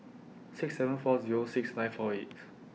six seven four Zero six nine four eight